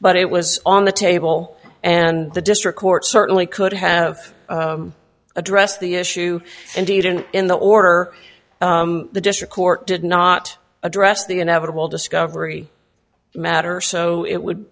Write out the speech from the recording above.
but it was on the table and the district court certainly could have addressed the issue indeed and in the order the district court did not address the inevitable discovery matter so it would